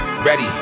Ready